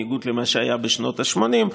בניגוד למה שהיה בשנות השמונים.